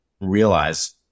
realize